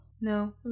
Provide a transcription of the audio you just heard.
no